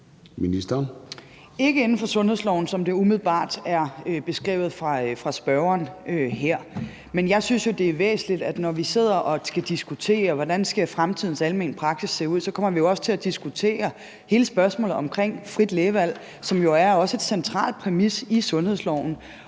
ikke inden for sundhedsloven, i forhold vil hvordan det umiddelbart er beskrevet af spørgeren her. Men jeg synes, det er væsentligt at sige, at når vi sidder og skal diskutere, hvordan fremtidens almene praksis skal se ud, så kommer vi også til at diskutere hele spørgsmålet omkring frit lægevalg, som jo også er en central præmis i sundhedsloven.